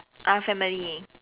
uh family